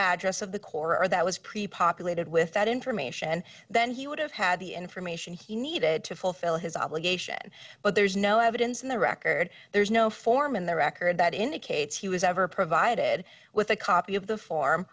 address of the coroner that was pretty populated with that information then he would have had the information he needed to fulfill his obligation but there's no evidence in the record there's no form in the record that indicates he was ever provided with a copy of the farm